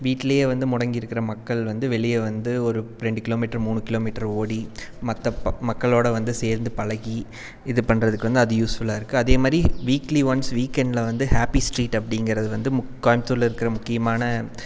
வீட்டிலே வந்து முடங்கி இருக்கிற மக்கள் வந்து வெளியே வந்து ஒரு ரெண்டு கிலோ மீட்ரு மூணு கிலோ மீட்ரு ஓடி மற்ற மக்களோட வந்து சேர்ந்து பழகி இது பண்ணுறதுக்கு வந்து அது யூஸ்ஃபுல்லாக இருக்குது அதே மாதிரி வீக்லி ஒன்ஸ் வீக்கெண்ட்டில் வந்து ஹாப்பி ஸ்ட்ரீட் அப்படிங்கறது வந்து கோயமுத்தூரில் இருக்கிற முக்கியமான